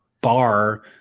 bar